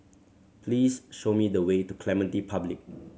please show me the way to Clementi Public